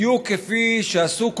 בדיוק כפי שעשו קודמיהם,